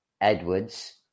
Edwards